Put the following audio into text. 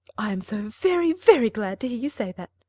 i am so very, very glad to hear you say that.